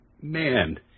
man